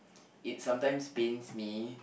it sometimes pains me